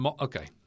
Okay